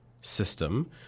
system